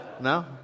No